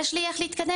יש לי איך להתקדם?